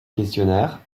questionnaire